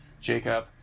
Jacob